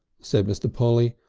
said mr. polly,